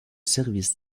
service